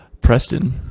Preston